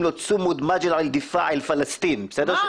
לו "צומוד מאג'ל אל דיפאע ען אל פלסטיניין" בסדר?